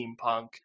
steampunk